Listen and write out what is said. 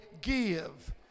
give